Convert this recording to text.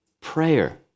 Prayer